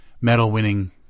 medal-winning